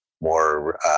more